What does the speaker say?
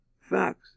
facts